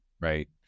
Right